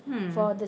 mm